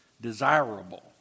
desirable